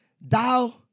thou